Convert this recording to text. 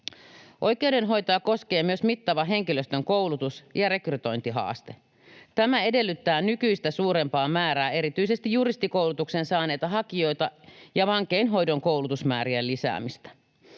Oikeudenhoitoa koskee myös mittava henkilöstön koulutus ja rekrytointihaaste. Tämä edellyttää nykyistä suurempaa määrää erityisesti juristikoulutuksen saaneita hakijoita ja vankeinhoidon koulutusmäärien lisäämistä.